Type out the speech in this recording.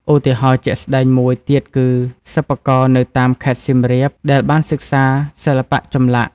ឧទាហរណ៍ជាក់ស្តែងមួយទៀតគឺ សិប្បករនៅតាមខេត្តសៀមរាបដែលបានសិក្សាសិល្បៈចម្លាក់។